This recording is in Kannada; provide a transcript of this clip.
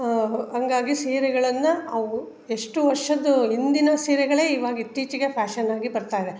ಹಂಗಾಗಿ ಸೀರೆಗಳನ್ನು ಅವು ಎಷ್ಟು ವರ್ಷದ್ದು ಇಂದಿನ ಸೀರೆಗಳೇ ಇವಾಗ ಇತ್ತೀಚೆಗೆ ಫ್ಯಾಷನ್ ಆಗಿ ಬರ್ತಾಯಿವೆ